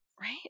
right